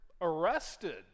arrested